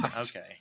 Okay